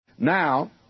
Now